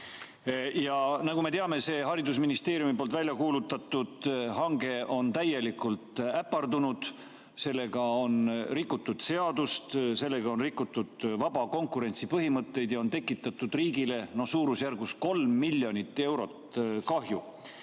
OÜ. Nagu me teame, see haridusministeeriumi poolt välja kuulutatud hange on täielikult äpardunud. Sellega on rikutud seadust, sellega on rikutud vaba konkurentsi põhimõtteid ja tekitatud riigile suurusjärgus 3 miljonit eurot kahju.